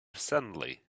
suddenly